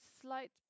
slight